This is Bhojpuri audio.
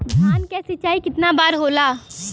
धान क सिंचाई कितना बार होला?